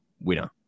winner